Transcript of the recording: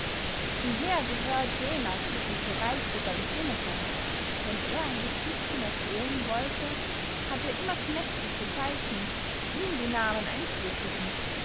hieher gehört jener glückliche reiche beym seneca wenn er ein geschichtchen erzählen wollte hatt er immer knechte zur seiten die ihm die namen einflüsterten